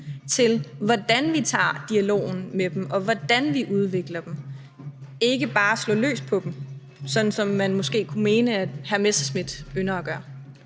til, hvordan vi tager dialogen med dem, og hvordan vi udvikler dem; ikke bare slår løs på dem, sådan som man måske kunne mene at hr. Morten Messerschmidt ynder at gøre.